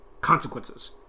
consequences